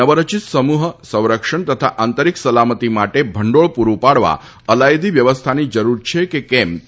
નવરચિત સમૂહ સંરક્ષણ તથા આંતરિક સલામતી માટે ભંડોળ પુરૂ પાડવા અલાયદી વ્યવસ્થાની જરૂર છે કે કેમ તે યકાસશે